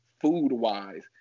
food-wise